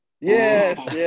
yes